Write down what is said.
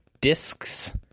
discs